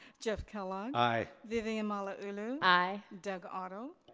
jeff kellogg. i. vivian malauulu. i. doug otto.